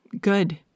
Good